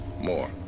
More